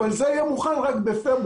אבל הוא יהיה מוכן רק בפברואר.